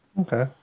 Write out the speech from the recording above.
Okay